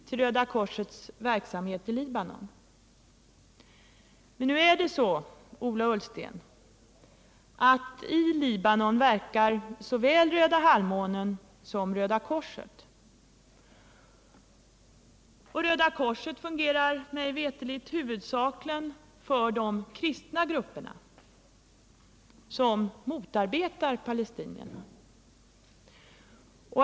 till Röda korsets verksamhet i Libanon.” Men nu är det så, Ola Ullsten, att i Libanon verkar såväl Röda halvmånen som Röda korset. Och Röda korset fungerar mig veterligt huvudsakligen för de kristna grupperna som motarbetar palestinierna.